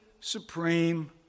supreme